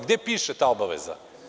Gde piše ta obaveza?